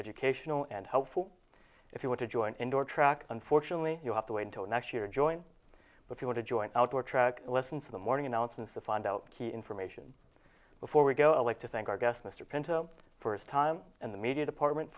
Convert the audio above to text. educational and helpful if you want to join indoor track unfortunately you have to wait until next year join but you want to join outdoor track lessons in the morning announcements to find out key information before we go i like to thank our guest mr pinto the first time and the media department